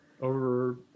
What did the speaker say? over